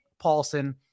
Paulson